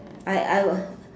I I was